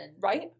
Right